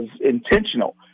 intentional